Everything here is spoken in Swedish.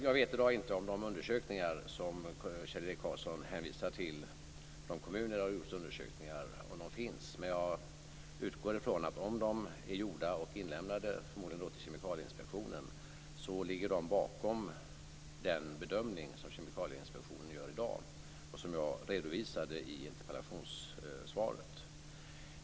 Jag vet i dag inte om de undersökningar som Kjell-Erik Karlsson hänvisar till som kommunerna gjort finns. Jag utgår ifrån att om de är gjorda och inlämnade, förmodligen till Kemikalieinspektionen, ligger de bakom den bedömning som Kemikalieinspektionen gör i dag och som jag redovisade i interpellationssvaret.